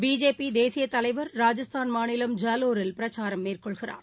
பிஜபிதேசியதலைவர் ராஜஸ்தான் மாநிலம் ஜலோரில் பிரச்சாரம் மேற்கொள்கிறார்